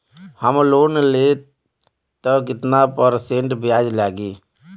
हम लोन लेब त कितना परसेंट ब्याज लागी?